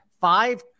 five